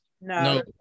No